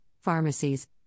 pharmacies